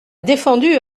défendu